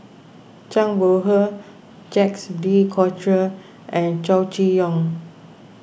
Zhang Bohe Jacques De Coutre and Chow Chee Yong